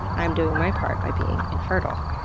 i'm doing my part by being infertile.